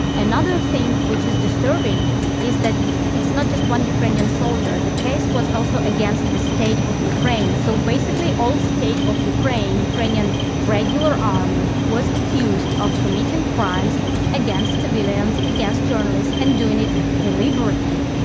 another thing which is disturbing is that it's not just one ukrainian soldier. the case was also against the state of ukraine. so basically all state of ukraine, ukrainian regular army, was accused of committing crimes against civilians, against journalists, and doing it deliberately.